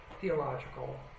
theological